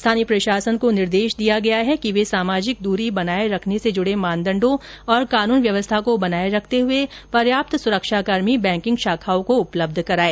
स्थानीय प्रशासन को निर्देश दिया गया है कि वे सामाजिक दूरी बनाये रखने से जुड़े मानदंड़ों और कानून व्यवस्था को बनाये रखते हुए पर्याप्त सुरक्षाकर्मी बैंकिंग शाखाओं को उपलब्ध कराए